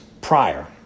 prior